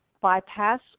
bypass